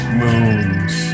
moons